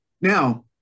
Now